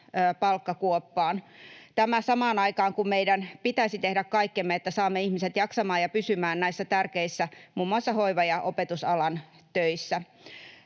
palkkakuoppaan — tämä samaan aikaan, kun meidän pitäisi tehdä kaikkemme, että saamme ihmiset jaksamaan ja pysymään näissä tärkeissä, muun muassa hoiva- ja opetusalan, töissä.